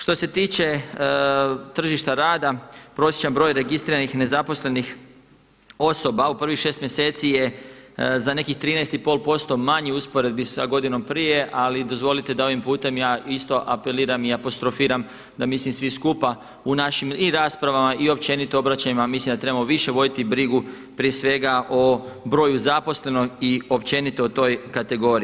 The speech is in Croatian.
Što se tiče tržišta rada, prosječan broj registriranih nezaposlenih osoba u prvih šest mjeseci je za nekih 13,5% manji u usporedbi sa godinom prije, ali dozvolite da ovim putem ja isto apeliram i apostrofiram da mislim svi skupa i našim raspravama i općenito obraćanjima mislim da trebamo više voditi brigu prije svega o broju zaposlenih i općenito u toj kategoriji.